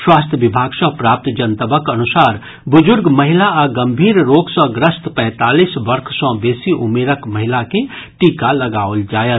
स्वास्थ्य विभाग सॅ प्राप्त जनतबक अनुसार बुजुर्ग महिला आ गंभीर रोग सॅ ग्रस्त पैंतालीस वर्ष सॅ बेसी उमिरक महिला के टीका लगाओल जायत